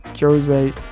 Jose